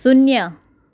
શૂન્ય